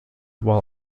while